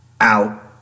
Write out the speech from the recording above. out